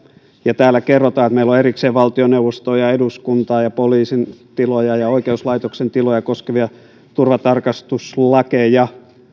ja täällä kerrotaan että meillä on erikseen valtioneuvostoa eduskuntaa poliisin tiloja ja oikeuslaitoksen tiloja koskevia turvatarkastuslakeja